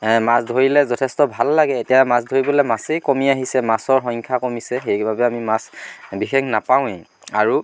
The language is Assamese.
মাছ ধৰিলে যথেষ্ট ভাল লাগে এতিয়া মাছ ধৰিবলৈ মাছেই কমি আহিছে মাছৰ সংখ্যা কমিছে সেইবাবে আমি মাছ বিশেষ নাপাওঁৱে আৰু